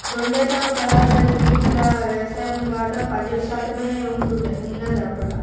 రెండువేల పదహారులో జీడీపీలో వ్యవసాయం వాటా పదిహేడు శాతమే ఉంటుండే ఉన్నది అప్పట్లో